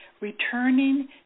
returning